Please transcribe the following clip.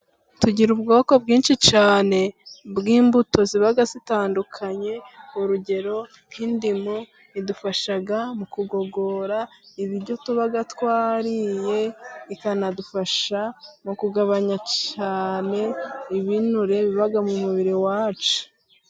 Tugira ubwoko bwinshi cyane bw'imbuto ziba zitandukanye, urugero nk'indimu idufasha mu kugogora ibiryo tuba twariye, ikanadufasha mu kugabanya cyane ibinure biba mu mubiri wacu.